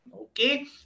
Okay